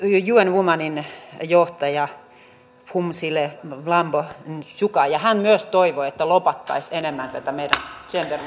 un womenin johtajan phumzile mlambo ngcukan ja hän myös toivoi että lobattaisiin enemmän tätä meidän gender